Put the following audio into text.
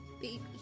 Baby